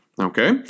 Okay